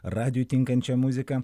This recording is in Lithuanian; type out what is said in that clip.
radijui tinkančią muziką